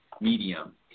medium